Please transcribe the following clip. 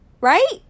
right